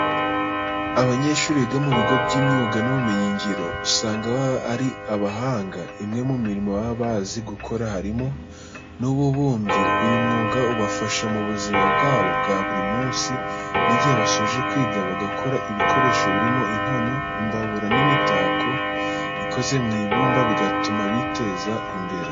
Abanyeshuri biga mu bigo by'imyuga n'ubumenyingiro usanga baba ari abahanga. Imwe mu mirimo baba bazi gukora harimo n'uw'ububumbyi. Uyu mwuga ubafasha mu buzima bwabo bwa buri munsi n'igihe basoje kwiga bagakora ibikoresho birimo inkono, imbabura n'imitako ikoze mu ibumba bigatuma biteza imbere.